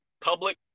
public